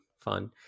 fun